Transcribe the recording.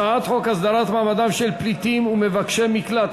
הצעת חוק הסדרת מעמדם של פליטים ומבקשי מקלט,